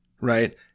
right